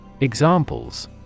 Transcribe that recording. Examples